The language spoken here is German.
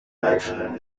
leiterin